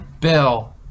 Bill